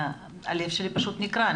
הלב שלי פשוט נקרע.